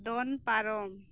ᱫᱚᱱ ᱯᱟᱨᱚᱢ